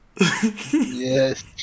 Yes